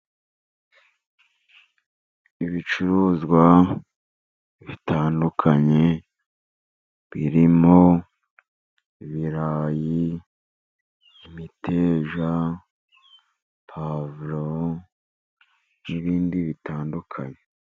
Ibicuruzwa bitandukanye, birimo ibirarayi, imiteja, pavuro, n'ibindi bitandukanye.